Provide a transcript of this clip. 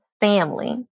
family